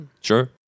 Sure